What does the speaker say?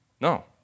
No